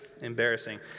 embarrassing